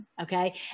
Okay